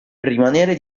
rimanere